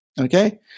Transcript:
Okay